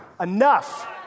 enough